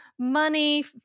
money